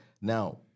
now